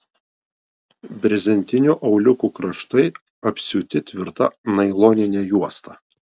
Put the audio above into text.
brezentinių auliukų kraštai apsiūti tvirta nailonine juosta